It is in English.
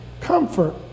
Comfort